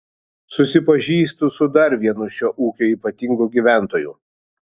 susipažįstu su dar vienu šio ūkio ypatingu gyventoju